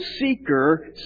seeker